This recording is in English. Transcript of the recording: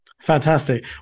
Fantastic